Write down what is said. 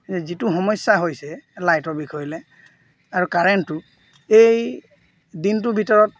যিটো সমস্যা হৈছে লাইটৰ বিষয়লৈ আৰু কাৰেণ্টটো এই দিনটোৰ ভিতৰত